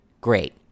Great